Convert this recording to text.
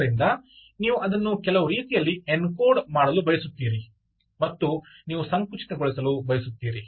ಆದ್ದರಿಂದ ನೀವು ಅದನ್ನು ಕೆಲವು ರೀತಿಯಲ್ಲಿ ಎನ್ಕೋಡ್ ಮಾಡಲು ಬಯಸುತ್ತೀರಿ ಮತ್ತು ನೀವು ಸಂಕುಚಿತಗೊಳಿಸಲು ಬಯಸುತ್ತೀರಿ